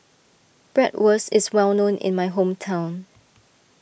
Bratwurst is well known in my hometown